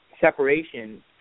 separation